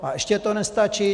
A ještě to nestačí.